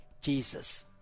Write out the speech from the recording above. Jesus